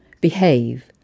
behave